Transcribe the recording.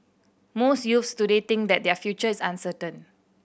most youths today think that their future is uncertain